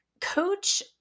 coach